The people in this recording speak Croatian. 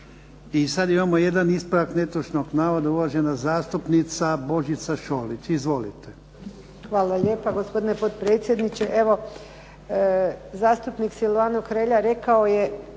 I sada imamo jedan ispravak netočnog navoda uvažena zastupnica Božica Šolić. Izvolite. **Šolić, Božica (HDZ)** Hvala lijepo gospodine potpredsjedniče. Zastupnik Silvano Hrelja je rekao